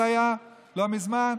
זה היה לא מזמן.